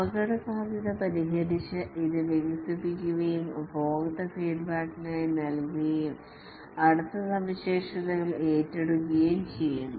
അപകടസാധ്യത പരിഹരിച്ചു ഇത് വികസിപ്പിക്കുകയും ഉപഭോക്തൃ ഫീഡ്ബാക്കിനായി നൽകുകയും അടുത്ത സവിശേഷതകൾ ഏറ്റെടുക്കുകയും ചെയ്യുന്നു